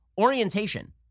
orientation